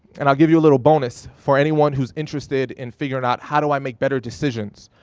and i'll give you a little bonus for anyone who's interested in figuring out how do i make better decisions?